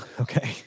okay